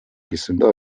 gesünder